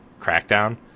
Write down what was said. Crackdown